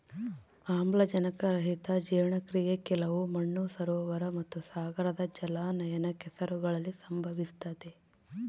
ಆಮ್ಲಜನಕರಹಿತ ಜೀರ್ಣಕ್ರಿಯೆ ಕೆಲವು ಮಣ್ಣು ಸರೋವರ ಮತ್ತುಸಾಗರದ ಜಲಾನಯನ ಕೆಸರುಗಳಲ್ಲಿ ಸಂಭವಿಸ್ತತೆ